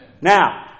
Now